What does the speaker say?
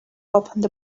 opened